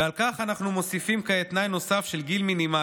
ועל כך אנחנו מוסיפים כעת תנאי נוסף של גיל מינימלי.